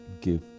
give